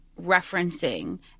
referencing